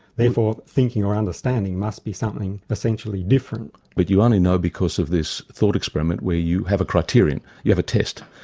therefore thinking or understanding must be something essentially different. but you only know because of this thought experiment where you have a criterion, you have a test.